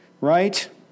Right